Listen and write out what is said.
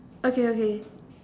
okay okay